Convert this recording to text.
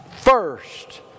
first